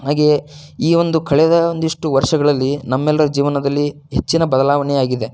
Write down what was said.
ಹಾಗೆಯೇ ಈ ಒಂದು ಕಳೆದ ಒಂದಿಷ್ಟು ವರ್ಷಗಳಲ್ಲಿ ನಮ್ಮೆಲ್ಲರ ಜೀವನದಲ್ಲಿ ಹೆಚ್ಚಿನ ಬದಲಾವಣೆ ಆಗಿದೆ